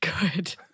Good